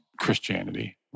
Christianity